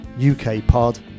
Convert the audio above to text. UKPOD